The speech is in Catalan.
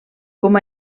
com